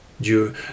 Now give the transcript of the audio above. due